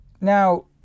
Now